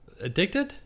addicted